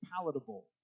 palatable